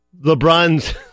LeBron's